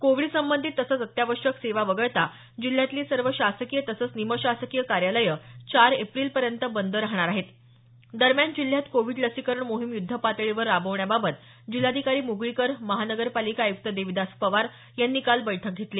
Covid संबंधित तसंच अत्यावश्यक सेवा वगळता जिल्ह्यातली सर्व शासकीय तसंच निमशासकीय कार्यालयं चार एप्रिलपर्यंत बंद राहणार आहेत दरम्यान जिल्ह्यात कोविड लसीकरण मोहीम युद्धपातळीवर राबवण्याबाबत जिल्हाधिकारी म्गळीकर महापालिका आयुक्त देविदास पवार यांनी काल बैठक घेतली